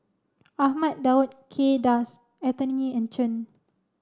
Ahmad Daud Kay Das Anthony and Chen